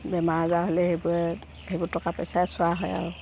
বেমাৰ আজাৰ হ'লে সেইবোৰে সেইবোৰ টকা পইচাৰে চোৱা হয় আৰু